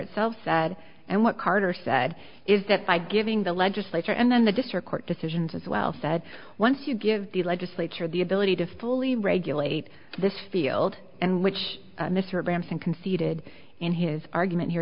itself said and what carter said is that by giving the legislature and then the district court decisions as well said once you give the legislature the ability to fully regulate this field and which mr branson conceded in his argument here